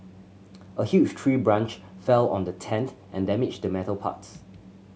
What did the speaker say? a huge tree branch fell on the tent and damaged the metal parts